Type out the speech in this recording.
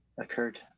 Occurred